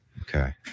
Okay